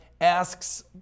asks